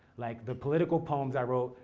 like the political poems i wrote,